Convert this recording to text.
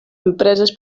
empreses